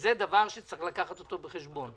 שזה דבר שצריך לקחת אותו בחשבון.